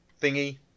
thingy